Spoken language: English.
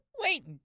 Wait